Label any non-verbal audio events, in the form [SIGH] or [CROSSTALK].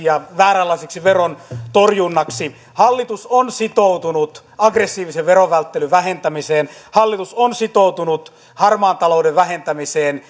[UNINTELLIGIBLE] ja vääränlaiseksi verontorjunnaksi hallitus on sitoutunut aggressiivisen veronvälttelyn vähentämiseen hallitus on sitoutunut harmaan talouden vähentämiseen [UNINTELLIGIBLE]